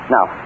Now